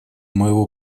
моего